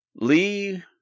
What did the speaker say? Lee